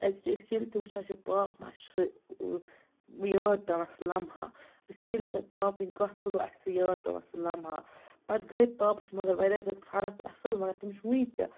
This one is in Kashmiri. کیٛازِکہِ أسۍ ییٚلہِ تہِ وٕچھان چھِ پاپہ اسہ چھُ سُہ یاد پیٚوان سُہ لَمحہ أسۍ ییٚلہِ تہِ پاپٕنۍ کَتھ تُلو اَسہِ سُہ یاد پیٚوان سُہ لَمحہ پَتہٕ گٔے پاپَس مگر واریاہ زیادٕ فَرَق اَصٕل مگر تٔمِس چھ وٕنہ تہِ